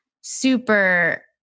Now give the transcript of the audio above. super